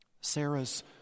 Sarah's